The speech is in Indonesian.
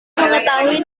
mengetahui